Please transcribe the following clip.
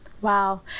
Wow